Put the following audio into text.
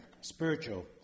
spiritual